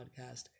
podcast